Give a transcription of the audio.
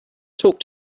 talk